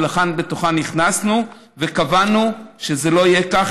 ולכן בתוכה נכנסנו וקבענו שזה לא יהיה כך,